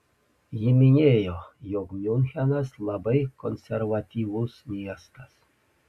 ji minėjo jog miunchenas labai konservatyvus miestas